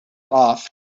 off